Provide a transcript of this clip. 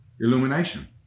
illumination